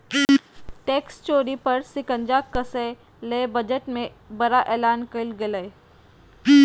tax चोरी पर शिकंजा कसय ले बजट में बड़ा एलान कइल गेलय